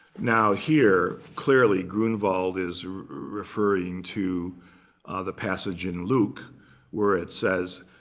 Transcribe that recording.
now here, clearly, grunewald is referring to the passage in luke where it says,